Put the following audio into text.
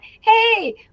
Hey